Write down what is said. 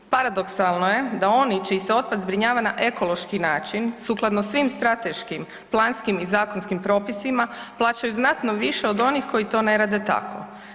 Paradoksalno je da oni čiji se otpad zbrinjava na ekološki način sukladno svim strateškim, planskim i zakonskim propisima plaćaju znatno više od onih koji to ne rade tako.